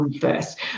first